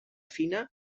fina